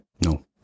No